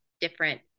different